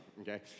okay